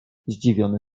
zdziwiony